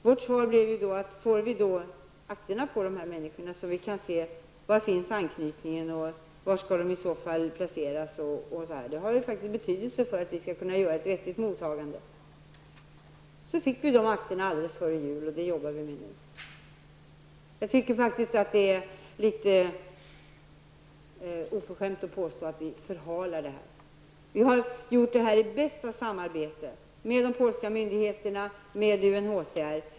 Vi svarade då att vi ville ha dessa människors akter, så att vi kunde bedöma vilken anknytning de hade, var de skulle placeras osv. Det har faktiskt betydelse för att vi skall kunna åstadkomma ett vettigt mottagande. Vi fick akterna alldeles före jul, och vi jobbar nu med ärendena. Jag tycker faktiskt att det är litet oförskämt att påstå att vi förhalar handläggningen. Ärendena handläggs i bästa samarbete med de polska myndigheterna och UNHCR.